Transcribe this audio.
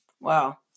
Wow